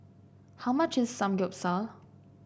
how much is Samgeyopsal